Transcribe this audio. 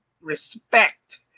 Respect